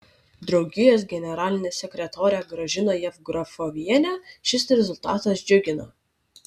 draugijos generalinę sekretorę gražiną jevgrafovienę šis rezultatas džiugina